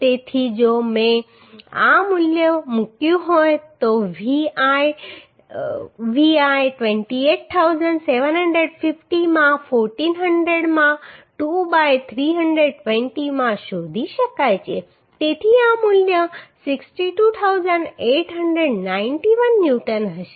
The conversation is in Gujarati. તેથી જો મેં આ મૂલ્ય મૂક્યું હોય તો Vl 28750 માં 1400 માં 2 બાય 320 માં શોધી શકાય છે તેથી આ મૂલ્ય 62891 ન્યૂટન હશે